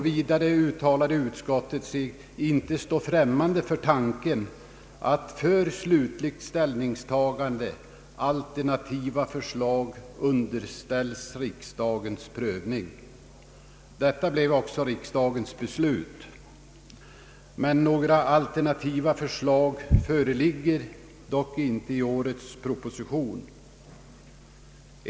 Vidare uttalade utskottet i fjol att man inte stod främmande för tanken att för slutligt ställningstagande alternativa förslag underställdes riksdagens prövning. Detta blev också riksdagens beslut. Några alternativa förslag föreligger dock inte i årets statsverksproposition.